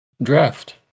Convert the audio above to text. draft